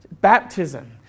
baptism